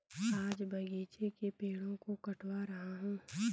आज बगीचे के पेड़ों को कटवा रहा हूं